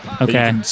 Okay